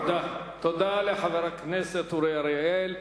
תודה לחבר הכנסת אורי אריאל.